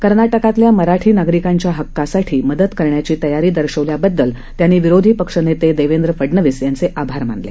कर्नाटकातल्या मराठी नागरिकांच्या हक्कांसाठी मदत करण्याची तयारी दर्शवल्याबददल त्यांनी विरोधी पक्षनेते देवेंद्र फडनवीस यांचे आभार मानले